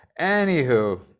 Anywho